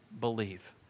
believe